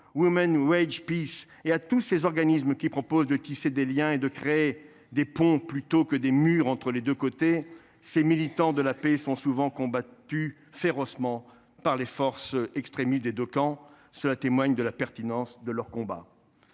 mouvement et à tous ces organismes qui proposent de tisser des liens et de créer des ponts plutôt que des murs entre les deux côtés. Ces militants de la paix sont souvent combattus férocement par les forces extrémistes des deux camps. Cela témoigne de la pertinence de leur combat.